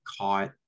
caught